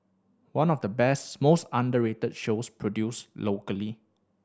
one of the best most underrated shows produced locally